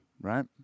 right